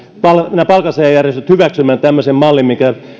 nämä palkansaajajärjestöt hyväksymään tämmöisen mallin mikä